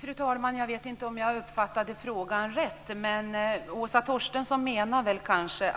Fru talman! Jag vet inte om jag uppfattade frågan rätt, men Åsa Torstensson menade väl kanske: